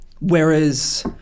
Whereas